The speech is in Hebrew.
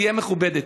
תהיה מכובדת.